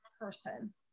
person